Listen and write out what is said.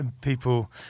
people